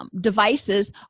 Devices